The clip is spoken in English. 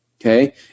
Okay